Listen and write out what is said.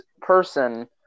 person